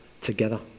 together